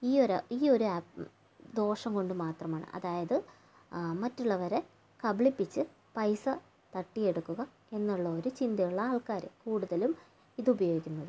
ഈ ഒര ഈ ഒരു ആപ്പ് ദോഷം കൊണ്ട് മാത്രമാണ് അതായത് മറ്റുള്ളവരെ കബളിപ്പിച്ച് പൈസ തട്ടിയെടുക്കുക എന്നുള്ള ഒരു ചിന്തയുള്ള ആൾക്കാർ കൂടുതലും ഇതുപയോഗിക്കുന്നത്